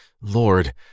Lord